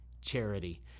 charity